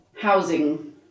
housing